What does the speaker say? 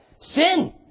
Sin